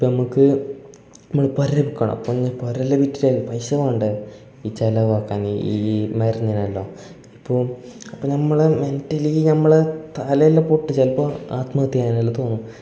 ഇപ്പം നമുക്ക് നമ്മുടെ പൊരേ വിക്കണം പിന്നെ പൊരേല്ല വിറ്റിട്ടെ പൈസ വേണ്ടെ ഈ ചിലവാക്കാൻ ഈ മരുന്നിനെല്ലാം അപ്പോൾ അപ്പോൾ നമ്മളെ മെൻ്റലി നമ്മൾ തലെല്ലാം പൊട്ട് ചിലപ്പം ആത്മഹത്യ ചെയ്യാനെല്ലാം തോന്നും